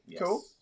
cool